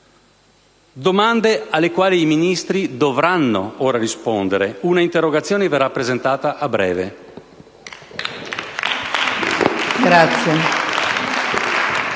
domande alle quali i Ministri dovranno ora rispondere: un'interrogazione verrà presentata a breve.